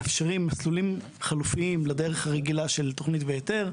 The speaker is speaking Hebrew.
מאפשרים מסלולים חלופיים לדרך הרגילה של תוכנית והיתר.